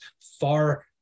far